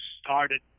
started